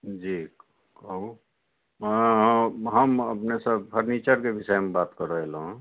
जी कहू हम अपनेसँ फर्नीचरके विषयमे बात करय एलहुँ हेँ